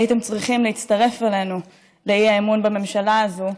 הייתם צריכים להצטרף אלינו לאי-אמון בממשלה הזאת,